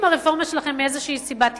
אם הרפורמה שלכם מאיזו סיבה תתעכב,